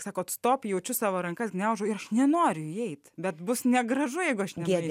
sakote stop jaučiu savo rankas gniaužo ir nenori įeiti bet bus negražu jeigu aš negėrei